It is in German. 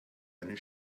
einen